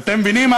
ואתם מבינים,